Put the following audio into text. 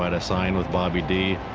but sign with bobby d.